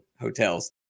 hotels